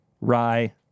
rye